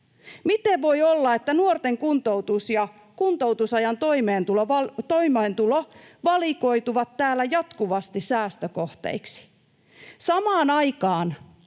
Miten voi olla, että nuorten kuntoutus ja kuntoutusajan toimeentulo valikoituvat täällä jatkuvasti säästökohteiksi? Samaan aikaan